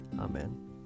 Amen